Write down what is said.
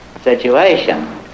situation